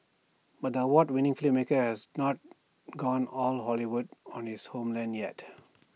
but the award winning filmmaker has not gone all Hollywood on his homeland yet